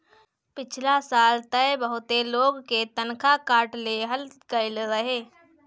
पिछला साल तअ बहुते लोग के तनखा काट लेहल गईल रहे